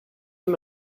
him